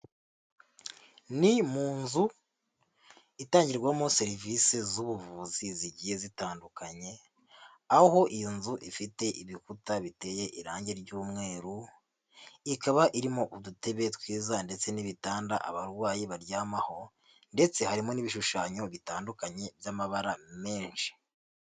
Mi mu nzu itangirwamo serivisi z'ubuvuzi zigiye zitandukanye, aho iyo nzu ifite ibikuta biteye irangi ry'umweru, ikaba irimo udutebe twiza ndetse n'ibitanda abarwayi baryamaho, ndetse harimo n'ibishushanyo bitandukanye by'amabara menshi.